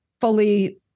fully